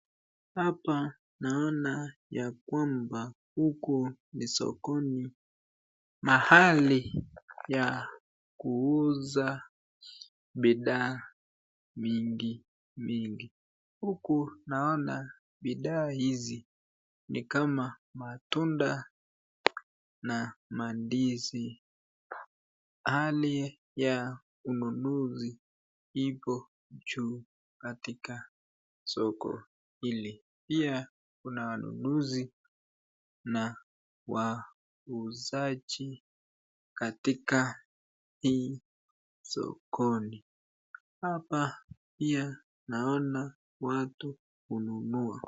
Hapa naona ya kwamba huku ni sokoni pahali ya kuuza bidhaa nyingi nyingi huku naona bidhaa hizi ni kama matunda na mandizi ,hali ya ununuzi iko juu katika soko hili pia kuna wanunuzi na wauzaji katika hii soko, hapa pia naona watu hununua.